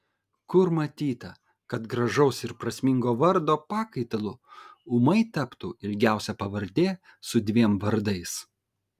kur matyta kad gražaus ir prasmingo vardo pakaitalu ūmai taptų ilgiausia pavardė su dviem vardais